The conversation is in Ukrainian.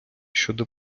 щодо